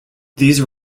these